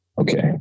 Okay